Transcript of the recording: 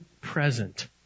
present